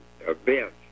events